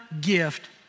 gift